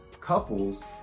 couples